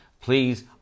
Please